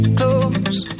close